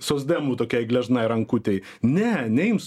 socdemų tokiai gležnai rankutei ne neims